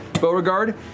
Beauregard